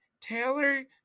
Taylor